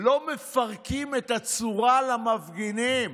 לא מפרקים את הצורה למפגינים.